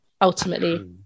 ultimately